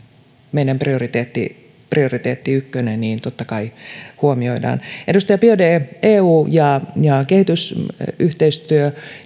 meidän prioriteetti prioriteetti ykkönen totta kai huomioidaan edustaja biaudet eu ja kehitysyhteistyö